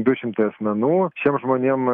du šimtai asmenų šiem žmonėm